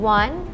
one